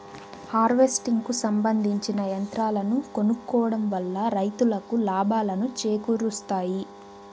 harvesting కు సంబందించిన యంత్రాలను కొనుక్కోవడం వల్ల రైతులకు లాభాలను చేకూరుస్తాయి